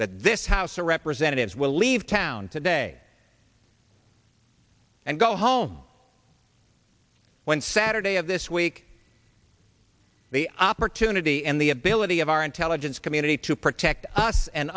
that this house of representatives will leave town today and go home when saturday of this week the opportunity and the ability of our intelligence community to protect us and